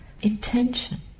Intention